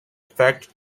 affect